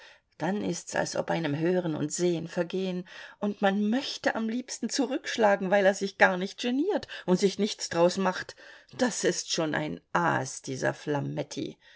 dann ist's als ob einem hören und sehen vergeht und man möchte am liebsten zurückschlagen weil er sich gar nicht geniert und sich nichts draus macht das ist schon ein aas dieser